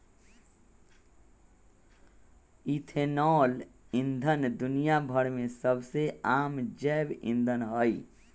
ethanol ईंधन दुनिया भर में सबसे आम जैव ईंधन हई